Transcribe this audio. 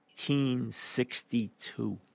1962